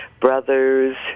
brothers